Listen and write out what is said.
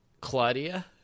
Claudia